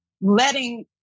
letting